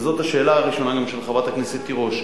וזו השאלה הראשונה של חברת הכנסת תירוש.